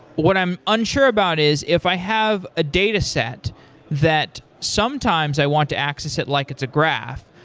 what i'm unsure about is if i have a data set that sometimes i want to access it like it's a graph.